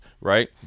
right